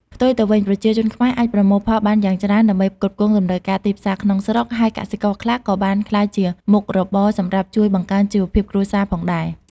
ផ្ទុយទៅវិញ ប្រជាជនខ្មែរអាចប្រមូលផលបានយ៉ាងច្រើនដើម្បីផ្គត់ផ្គង់តម្រូវការទីផ្សារក្នុងស្រុក ហើយកសិករខ្លះក៏បានក្លាយជាមុខរបរសម្រាប់ជួយបង្កើនជីវភាពគ្រួសារផងដែរ។